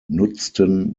nutzten